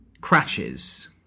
crashes